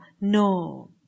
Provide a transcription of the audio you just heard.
No